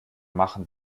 machen